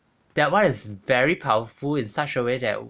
that [one] is very powerful in such a way that